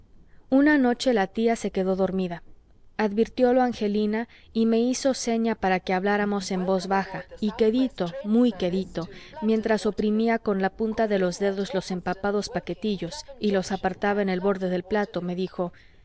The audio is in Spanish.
una noche la tía se quedó dormida advirtiólo angelina y me hizo seña para que habláramos en voz baja y quedito muy quedito mientras oprimía con la punta de los dedos los empapados paquetillos y los apartaba en el borde del plato me dijo